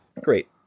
great